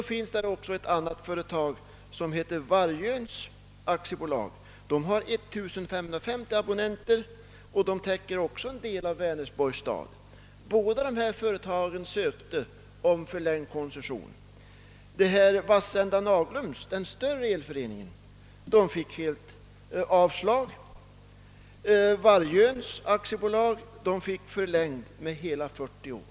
Där finns också ett annat företag som heter Wargöns AB med 1550 abonnenter som likaledes täcker en del av Vänersborgs stad. Båda dessa företag ansökte om förlängd områdeskoncession. Vassända Naglums distributionsförening — den större elföreningen — fick helt avslag, under det att Wargöns AB fick förlängd koncession med hela 40 år.